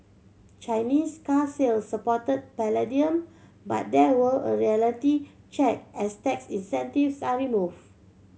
Chinese car sales support palladium but there will a reality check as tax incentives are remove